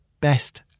Best